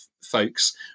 folks